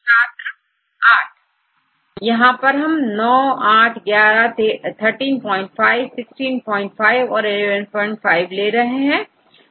छात्र AD 8 यहां पर नंबर 9811135 16 5 और 11 5 है